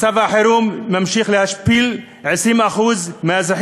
מצב החירום ממשיך להשפיל 20% מאזרחי